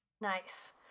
Nice